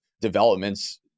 developments